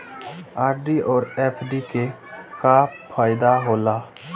RD और FD के का फायदा हौला?